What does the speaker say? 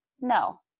No